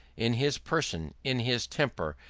in his person, in his temper,